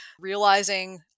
realizing